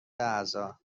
اعضا